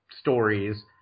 stories